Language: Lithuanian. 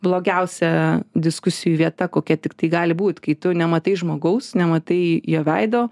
blogiausia diskusijų vieta kokia tiktai gali būt kai tu nematai žmogaus nematai jo veido